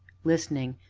listening,